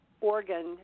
organ